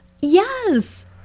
yes